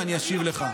ואני אשיב לך.